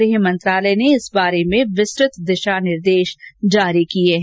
गृह मंत्रालय ने इस बारे में विस्तृत दिशा निर्देश जारी किए हैं